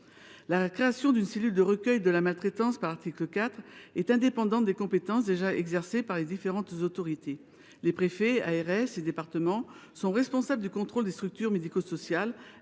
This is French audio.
La création d’une cellule de recueil de la maltraitance par l’article 4 est indépendante des compétences déjà exercées par les différentes autorités. Les préfets, ARS et départements sont responsables du contrôle des structures médico sociales